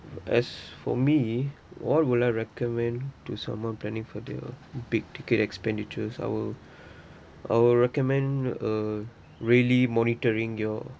as for me what will I recommend to someone planning for their big ticket expenditures I'll I'll recommend a really monitoring your